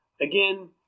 Again